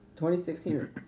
2016